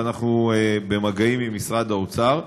ואנחנו במגעים עם משרד האוצר.